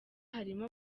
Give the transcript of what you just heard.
harimo